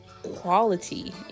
quality